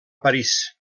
parís